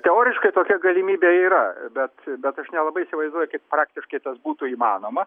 teoriškai tokia galimybė yra bet bet aš nelabai įsivaizduoju kaip praktiškai tas būtų įmanoma